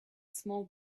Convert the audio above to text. small